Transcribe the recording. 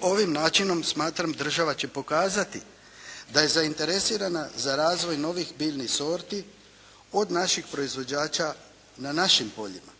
ovim načinom smatram država će pokazati da je zainteresirana za razvoj novih biljnih sorti od naših proizvođača na našim poljima.